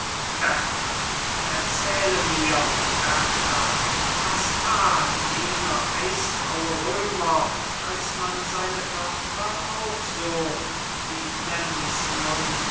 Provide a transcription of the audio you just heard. berta erzähle mir berta was tat jener eisgraue römer als man seine tochter auch so wie nenn ichs nun